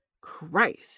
Christ